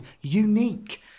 Unique